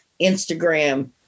Instagram